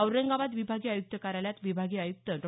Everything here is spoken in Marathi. औरंगाबाद विभागीय आयुक्त कार्यालयात विभागीय आयुक्त डॉ